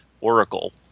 Oracle